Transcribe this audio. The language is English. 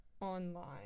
online